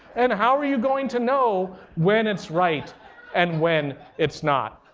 and how are you going to know when it's right and when it's not.